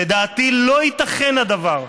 לדעתי לא ייתכן הדבר.